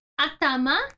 atama